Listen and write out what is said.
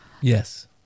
Yes